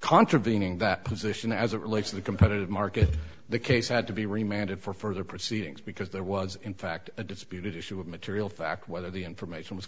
contravening that position as it relates to the competitive market the case had to be reminded for further proceedings because there was in fact a disputed issue of material fact whether the information was